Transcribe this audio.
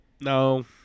No